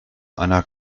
einer